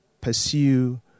pursue